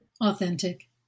Authentic